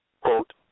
quote